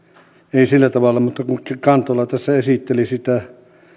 ei sillä tavalla kuulu mutta kun kantola tässä esitteli sitä